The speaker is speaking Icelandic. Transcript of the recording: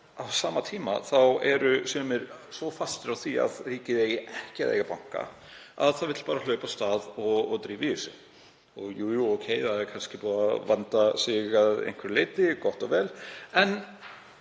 á sama tíma eru sumir svo fastir á því að ríkið eigi ekki að eiga banka að þeir vilja bara hlaupa af stað og drífa í þessu. Jú jú, þeir hafa kannski vandað sig að einhverju leyti, gott og vel, en